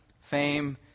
fame